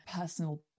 personal